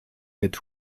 mit